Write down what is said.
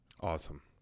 Awesome